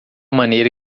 maneira